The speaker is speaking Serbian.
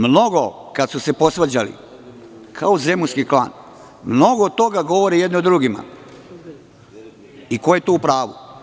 Mnogo, kada su se posvađali kao zemunski klan, mnogo toga govore jedni o drugima i ko je tu u pravu?